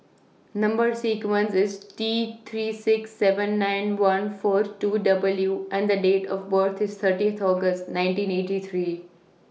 Number sequence IS T three six seven nine one four two W and The Date of birth IS thirtieth August nineteen eighty three